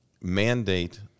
mandate